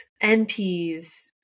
NPs